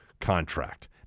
contract